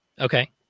Okay